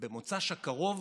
במוצאי שבת הקרוב